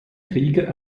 krieger